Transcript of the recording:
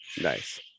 Nice